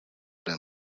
been